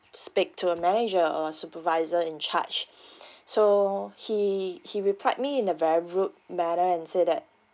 speak to a manager or supervisor in charge so he he replied me in a very rude manner and said that